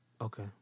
Okay